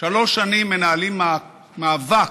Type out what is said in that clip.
שלוש שנים מנהלים מאבק